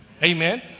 Amen